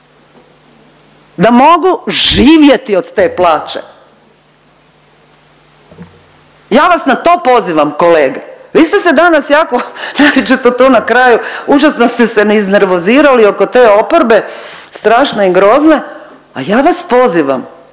da mogu živjeti od te plaće? Ja vas na to pozivam kolege. Vi ste se danas jako naročito tu na kraju užasno ste se iznervozirali oko te oporbe strašne i grozne, a ja vas pozivam